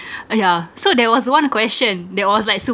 uh yeah so there was one question that was like super